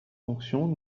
fonction